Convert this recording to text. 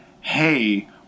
hey